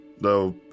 no